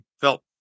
felt